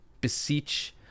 beseech